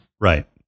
right